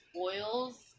oils